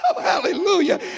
hallelujah